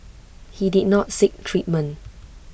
he did not seek treatment